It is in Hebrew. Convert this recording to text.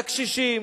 והקשישים,